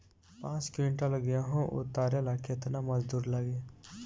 पांच किविंटल गेहूं उतारे ला केतना मजदूर लागी?